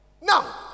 Now